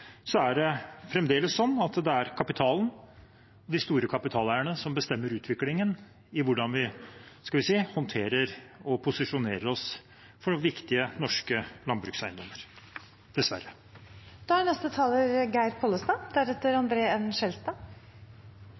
er det fremdeles kapitalen, de store kapitaleierne, som bestemmer utviklingen i hvordan vi posisjonerer oss og håndterer